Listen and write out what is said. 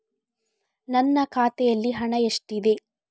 ನನ್ನ ಖಾತೆಯಲ್ಲಿ ಹಣ ಎಷ್ಟಿದೆ?